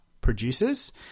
producers